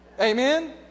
Amen